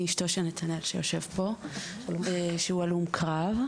אני אשתו של נתנאל שיושב פה שהוא הלום קרב.